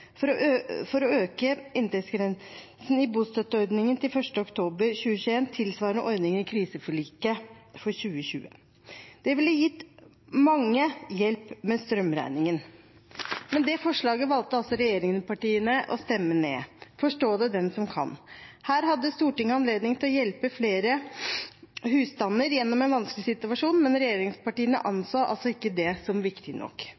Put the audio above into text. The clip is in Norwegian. for å øke inntektsgrensen i bostøtteordningen til 1. oktober 2021 tilsvarende ordningen i kriseforliket for 2020. Det ville gitt mange hjelp med strømregningen. Men det forslaget valgte altså regjeringspartiene å stemme ned – forstå det den som kan. Her hadde Stortinget anledning til å hjelpe flere husstander gjennom en vanskelig situasjon, men regjeringspartiene anså altså ikke det som viktig nok.